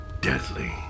deadly